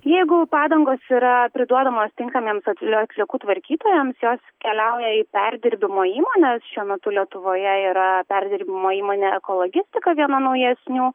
jeigu padangos yra priduodamos tinkamiems atlie atliekų tvarkytojams jos keliauja į perdirbimo įmones šiuo metu lietuvoje yra perdirbimo įmonė ekologistika viena naujesnių